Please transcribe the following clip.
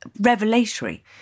revelatory